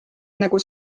nagu